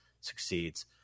succeeds